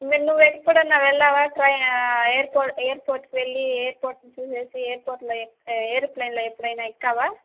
మరి నువ్వు ఎప్పుడన్నా వెళ్ళావా ట్రై ఎయిర్పోర్ట్ ఎయిర్పోర్ట్కు వెళ్ళీ ఎయిర్పోర్ట్ను చూసేసి ఎయిర్పోర్ట్లో ఎక్కి ఏరోప్లైన్లో ఎప్పుడైనా ఎక్కావా